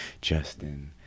Justin